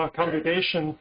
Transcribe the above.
congregation